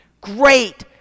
great